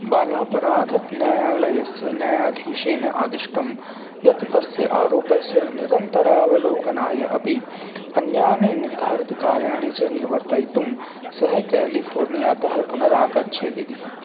बालापराधन्यायालयस्य न्यायाधीशेन आदिष्टं यत् तस्य आरोपस्य निरन्तरावलोकनाय अपि अन्यानि निर्धारितकार्याणि च निर्वर्तयितुं सः क्यालिफ़ोर्नियातः पुनरागच्छेत् इति